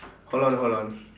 hold on hold on